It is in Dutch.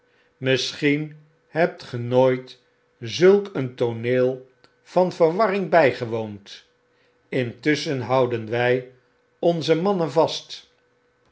misschien hebt ge nooit zulk een tooneel van verwarring bygewoond intusschen houden wy onze mannen vast